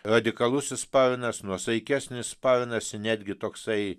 radikalusis sparnas nuosaikesnis sparnas netgi toksai